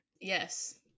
Yes